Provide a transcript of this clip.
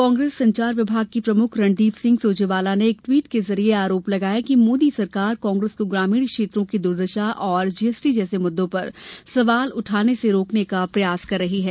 कांग्रेस संचार विभाग के प्रमुख रणदीपसिंह सुरजेवाला ने एक ट्वीट के जरिये यह आरोप लगाया कि मोदी सरकार कांग्रेस को ग्रामीण क्षेत्रों की द्र्दशा तथा जीएसटी जैसे मुद्दों पर सवाल उठाने से रोकने का प्रयास कर रही है